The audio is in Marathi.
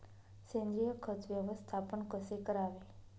सेंद्रिय खत व्यवस्थापन कसे करावे?